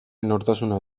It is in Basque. nortasuna